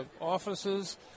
offices